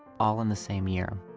all in the same year.